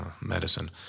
Medicine